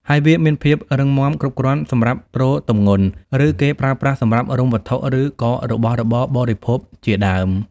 ហើយវាមានភាពរឹងមាំគ្រប់គ្រាន់សម្រាប់ទ្រទម្ងន់ ឬគេប្រើប្រាស់សម្រាប់រុំវត្ងុឬក៏របស់របរបរិភោគជាដើម។